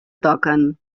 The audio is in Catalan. toquen